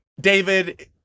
David